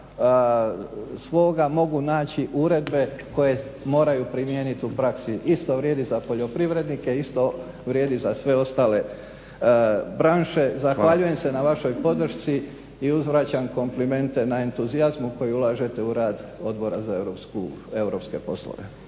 svoga mogu naći uredbe koje moraju primijeniti u praksi. Isto vrijedi za poljoprivrednike, isto za vrijedi za sve ostale branše. Zahvaljujem se na vašoj podršci i uzvraćam komplimente na entuzijazmu koji ulažete u rad Odbora za europske poslove.